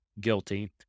guilty